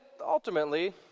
ultimately